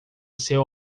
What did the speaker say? seu